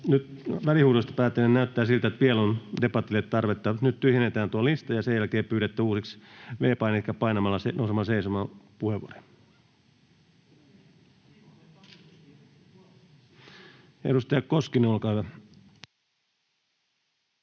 Nyt välihuudoista päätellen näyttää siltä, että vielä on debatille tarvetta. Nyt tyhjennetään tuo lista ja sen jälkeen pyydätte uusiksi V-painiketta painamalla ja nousemalla seisomaan puheenvuoroja. — Edustaja Koskinen, olkaa hyvä.